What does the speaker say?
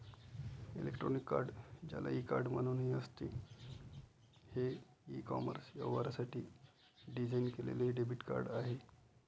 electronic card, ज्याला e card म्हणूनही असते, हे ई कॉमर्स व्यवहारांसाठी डिझाइन केलेले डेबिट कार्ड आहे